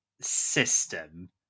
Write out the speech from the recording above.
system